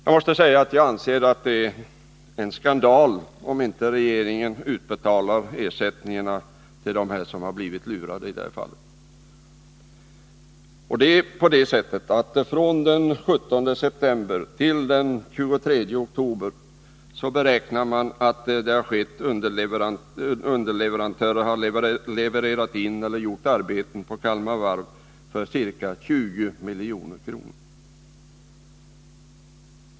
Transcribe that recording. Jag anser det vara en skandal om inte regeringen utbetalar ersättningar till dem som blivit lurade i detta sammanhang. Man beräknar att underleverantörer under tiden den 17 september till den 23 oktober har levererat in till Kalmar Varv eller utfört arbeten vid Kalmar Varv för ca 20 milj.kr.